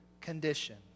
condition